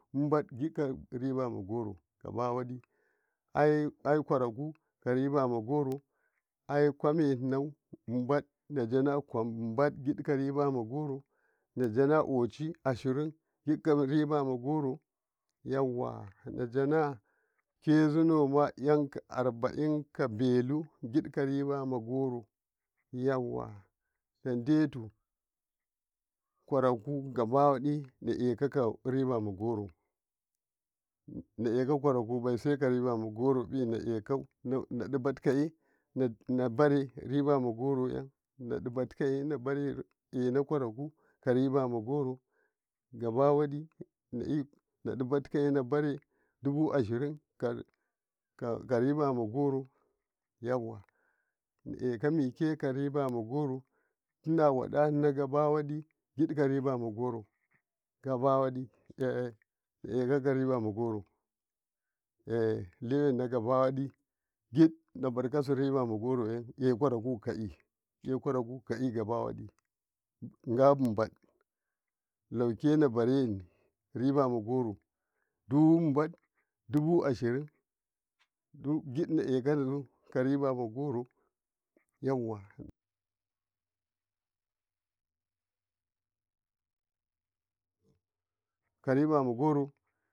umbad dika ribama goro ayekwuraku ka ribama goro aye kwammeno umbale ka ribama goro kwam umbale di ka ribama goro najana ochi ashirindu gid ka ribama goro yawa najana kezinoma kyaka abain ka belu gi ka ribama goro yawa nadeto kuraku gabawadi na`enkoka ribama goro na`eka korakubu sai ka ribama goro yan nadibatikaye nabare anakaraku ka ribama goro gabadi naditikaye nabara dubu 'eshiri ka ribama goro yawa na`akamike ka ribama goro tina wadano ka ribama goro a liwino gabawa wadi nabakasu ribama goro gaba wadi. Aikwakoraku ka kai akokuka kai gaumbale wake nabarani ribama goro dubu ashirin dina`akasika ribama goro yawa.